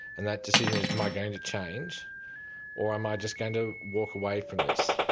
and that decision is am i going to change or am i just going to walk away from this?